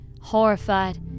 horrified